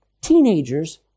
teenagers